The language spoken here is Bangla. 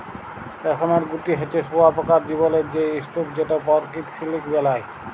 রেশমের গুটি হছে শুঁয়াপকার জীবলের সে স্তুপ যেট পরকিত সিলিক বেলায়